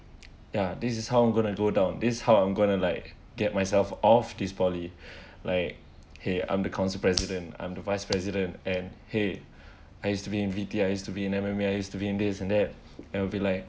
ya this is how you gonna go down this is how I'm gonna like get myself of this poly like !hey! I'm the council president I'm the vice president and !hey! I used to be in V_T_I used to be M_M_A me I used to be in this and that and I'll be like